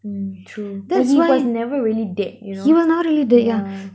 mm true like he was never really dead you know yeah